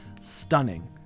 stunning